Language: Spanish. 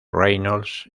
reynolds